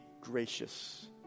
gracious